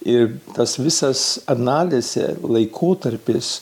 ir tas visas analizė laikotarpis